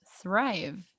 Thrive